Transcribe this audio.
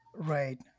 Right